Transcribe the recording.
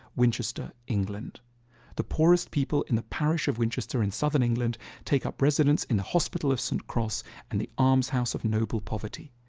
winchester, england the poorest people in the parish of winchester in southern england take up residence in hospitals? and and the almshouse of noble poverty.